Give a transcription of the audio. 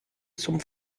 zum